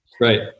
Right